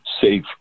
safe